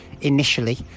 initially